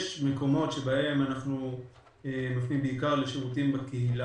יש מקומות שבהם אנחנו מפנים בעיקר לשירותים בקהילה,